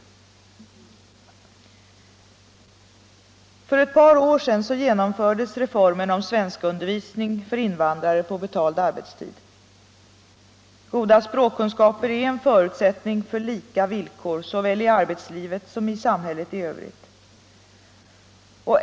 För ett par år sedan genomfördes reformen om svenskundervisning för invandrare på betald arbetstid. Goda språkkunskaper är en förutsättning för lika villkor såväl i arbetslivet som i samhället i övrigt.